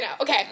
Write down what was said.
Okay